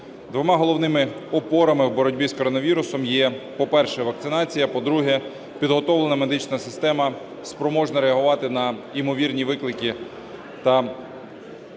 Двома головними опорами у боротьбі з коронавірусом є, по-перше, вакцинація, по-друге, підготовлена медична система, спроможна реагувати на ймовірні виклики та потреби